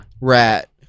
rat